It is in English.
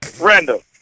Randall